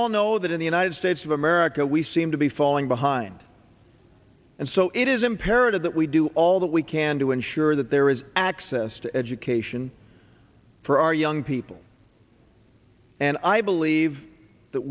all know that in the united states of america we seem to be falling behind and so it is imperative that we do all that we can to ensure that there is access to education for our young people and i believe that